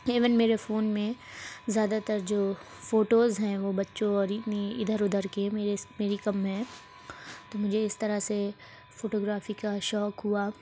even میرے phone میں زیادہ تر جو فوٹوز ہیں وہ بچوں اور ادھر ادھر کے میرے میری کم ہیں تو مجھے اس طرح سے فوٹوگرافی کا شوق ہوا